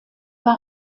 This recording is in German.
war